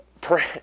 pray